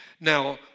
Now